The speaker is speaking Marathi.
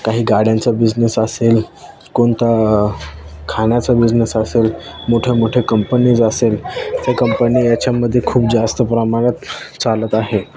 काही गाड्यांचा बिझनेस असेल कोणता खाण्याचा बिझनेस असेल मोठे मोठे कंपनीज असेल ते कंपनी याच्यामध्ये खूप जास्त प्रमाणात चालत आहे